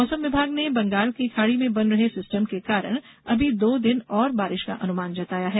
मौसम विभाग ने बंगाल की खाड़ी में बन रहे सिस्टम के कारण अभी दो दिन और बारिश का अनुमान जताया है